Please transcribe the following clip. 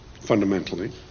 fundamentally